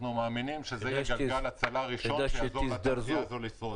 אנחנו מאמינים שזה יהיה גלגל הצלה ראשון כדי לעזור לתעשייה הזאת לשרוד.